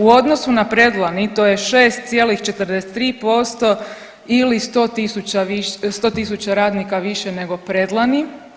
U odnosu na predlani to je 6,43% ili 100.000 radnika više nego predlani.